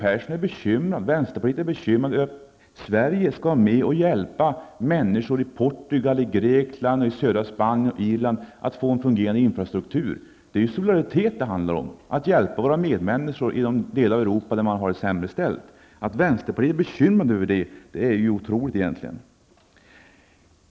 Vänsterpartiet är bekymrat över att Sverige skall vara med och hjälpa människor i Portugal, Grekland, södra Spanien och Irland att få en fungerande infrastruktur. Det handlar ju om solidaritet med de delar av Europa som har det sämre ställt. Att vänsterpartiet är bekymrat över detta är ju egentligen otroligt.